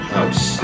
House